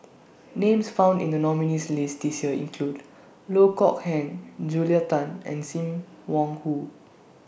Names found in The nominees' list This Year include Loh Kok Heng Julia Tan and SIM Wong Hoo